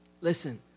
Listen